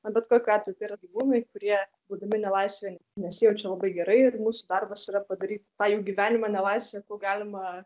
na bet kokiu atveju tai yra gyvūnai kurie būdami nelaisvėj nesijaučia labai gerai ir mūsų darbas yra padaryti tą jų gyvenimą nelaisvėje kiek galima